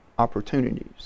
opportunities